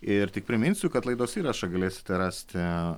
ir tik priminsiu kad laidos įrašą galėsite rasti